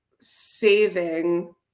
saving